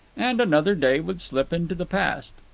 and another day would slip into the past.